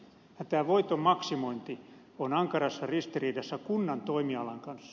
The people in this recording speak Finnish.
tämä voiton maksimointi on ankarassa ristiriidassa kunnan toimialan kanssa